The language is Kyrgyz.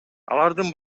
алардын